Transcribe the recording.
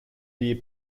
die